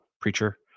preacher